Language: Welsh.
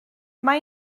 mae